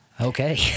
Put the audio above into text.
Okay